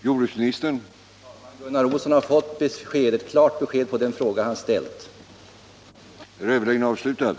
Herr talman! Gunnar Olsson har fått ett klart besked på den fråga som han ställde.